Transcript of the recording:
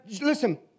listen